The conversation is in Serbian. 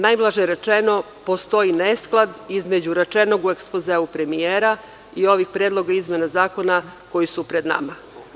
Najblaže rečeno, postoji nesklad između rečenog u ekspozeu premijera i ovih predloga izmena zakona koji su pred nama.